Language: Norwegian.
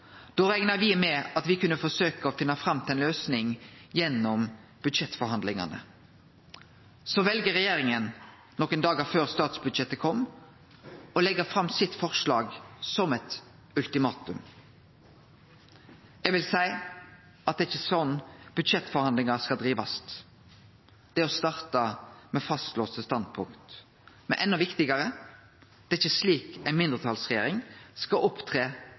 Da rekna me med at me kunne forsøkje å finne fram til ei løysing gjennom budsjettforhandlingane. Så valde regjeringa, nokre dagar før statsbudsjettet kom, å leggje fram sitt forslag som eit ultimatum. Eg vil seie at det ikkje er slik budsjettforhandlingar skal drivast, ved å starte med fastlåste standpunkt. Men enda viktigare: Det er ikkje slik ei mindretalsregjering skal opptre